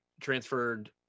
transferred